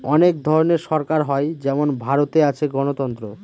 অনেক ধরনের সরকার হয় যেমন ভারতে আছে গণতন্ত্র